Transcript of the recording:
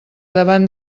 davant